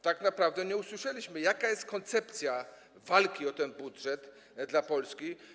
Tak naprawdę nie usłyszeliśmy, jaka jest koncepcja walki o ten budżet dla Polski.